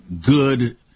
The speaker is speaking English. good